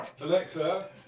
Alexa